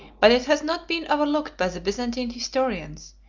but it has not been overlooked by the byzantine historians,